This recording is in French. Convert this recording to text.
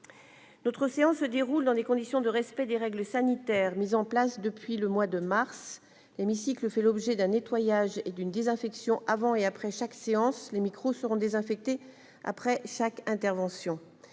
notre séance se déroule dans des conditions de respect des règles sanitaires mises en. En place depuis le mois de mars, l'hémicycle, fait l'objet d'un nettoyage et d'une désinfection avant et après chaque séance, les micros seront désinfecté après chaque intervention,